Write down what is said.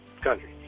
country